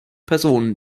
personen